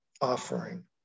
offering